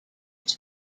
this